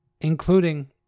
including